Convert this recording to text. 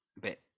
bit